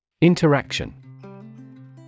Interaction